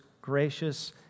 gracious